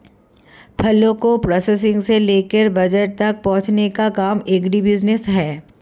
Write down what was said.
फलों के प्रोसेसिंग से लेकर बाजार तक पहुंचने का काम एग्रीबिजनेस है